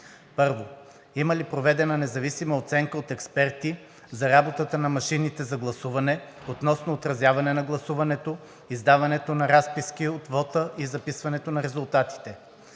1. Има ли проведена независима оценка от експерти за работата на машините за гласуване относно отразяването на гласуването, издаването на разписки от вота и записването на резултатите.